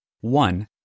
one